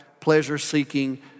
pleasure-seeking